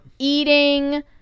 eating